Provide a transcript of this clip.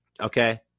Okay